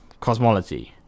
cosmology